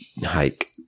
Hike